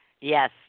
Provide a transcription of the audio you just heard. Yes